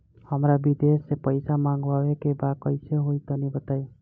हमरा विदेश से पईसा मंगावे के बा कइसे होई तनि बताई?